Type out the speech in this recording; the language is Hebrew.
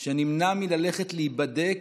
שנמנע מללכת להיבדק